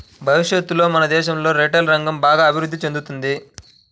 భవిష్యత్తులో మన దేశంలో రిటైల్ రంగం బాగా అభిరుద్ధి చెందుతుంది